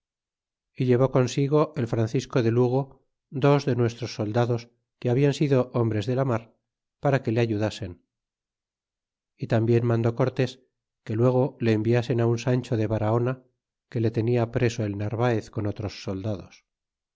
y llevó consigo el francisco de lugo dos de nuestros soldados que habian sido hombres de la mar para que le ayudasen y tambien mandó cortés que luego le enviasen un sancho de barahona que le tenia preso el narvaez con otros soldados